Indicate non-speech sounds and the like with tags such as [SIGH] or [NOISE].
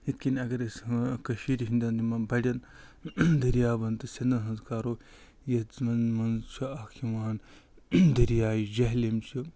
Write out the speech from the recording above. یِتھ کٔنۍ اگر أسۍ کٔشیٖرِ ہِنٛدٮ۪ن یِمَن بڑٮ۪ن دٔریاوَن تہِ سِنٛدَن ہٕنٛز کَرَو [UNINTELLIGIBLE] منٛز چھِ اَکھ یِوان دریایہِ جہلِم چھِ